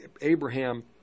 Abraham